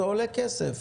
זה עולה כסף.